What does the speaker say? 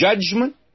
judgment